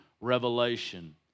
revelation